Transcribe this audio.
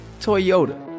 Toyota